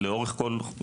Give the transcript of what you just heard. (12),